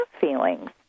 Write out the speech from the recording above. feelings